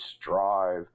strive